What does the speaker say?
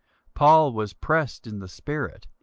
paul was pressed in the spirit,